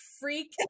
freak